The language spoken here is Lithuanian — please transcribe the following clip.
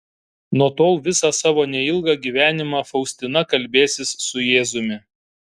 nuo tol visą savo neilgą gyvenimą faustina kalbėsis su jėzumi